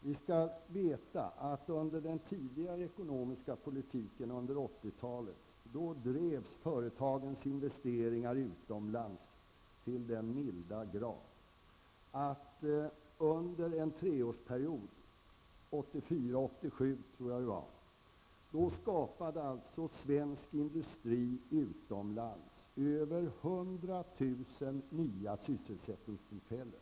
Vi skall veta att under den tidigare ekonomiska politiken under 80-talet drevs företagens investeringar utomlands så till den milda grad att under en treårsperiod -- jag tror att det var 1984-- 100 000 nya sysselsättningstillfällen.